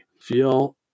feel